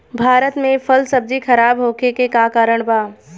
भारत में फल सब्जी खराब होखे के का कारण बा?